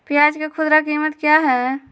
प्याज के खुदरा कीमत क्या है?